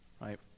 right